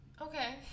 Okay